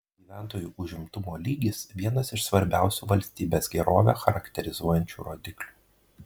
gyventojų užimtumo lygis vienas iš svarbiausių valstybės gerovę charakterizuojančių rodiklių